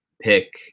pick